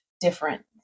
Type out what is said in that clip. different